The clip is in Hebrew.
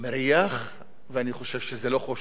ואני חושב שזה לא חוש הריח המפותח שלי,